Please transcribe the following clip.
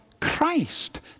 Christ